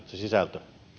se sisältö